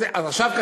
אז עכשיו,